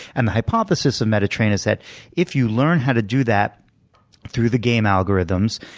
and the hypothesis of meta train is that if you learn how to do that through the game algorithms,